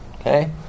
Okay